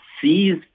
sees